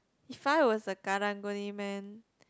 if I was a Karang-Guni man